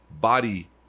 body